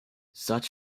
such